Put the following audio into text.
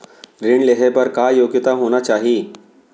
ऋण लेहे बर का योग्यता होना चाही?